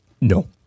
No